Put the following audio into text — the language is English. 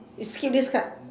eh skip this card